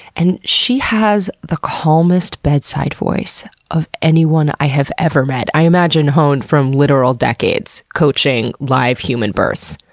and she has the calmest bedside voice of anyone i have ever met i imagine honed from literal decades coaching live human births.